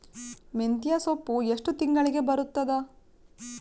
ಮೆಂತ್ಯ ಸೊಪ್ಪು ಎಷ್ಟು ತಿಂಗಳಿಗೆ ಬರುತ್ತದ?